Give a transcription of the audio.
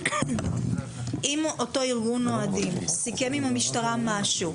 אם אותו ארגון אוהדים סיכם עם המשטרה משהו,